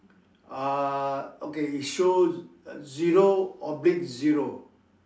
uh okay it shows zero oblique zero